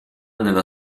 nella